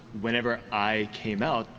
whenever i came out,